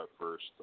first